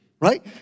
right